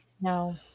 No